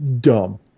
Dumb